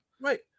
Right